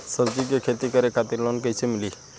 सब्जी के खेती करे खातिर लोन कइसे मिली?